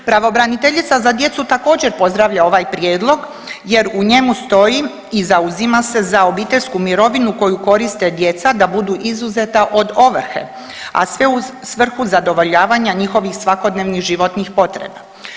Pravobraniteljice za djecu također, pozdravlja ovaj Prijedlog jer u njemu stoji i zauzima se za obiteljsku mirovinu koju koriste djeca da budu izuzeta od ovrhe, a sve u svrhu zadovoljavanja njihovih svakodnevnih životnih potreba.